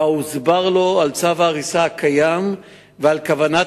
ובה הוסבר לו על צו ההריסה הקיים ועל כוונת